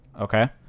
Okay